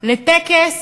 לטקס